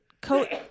coat